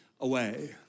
away